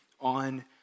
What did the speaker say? on